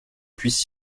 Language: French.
puisse